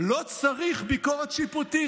לא צריך ביקורת שיפוטית.